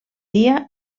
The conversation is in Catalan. dia